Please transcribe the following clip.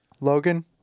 Logan